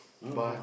um what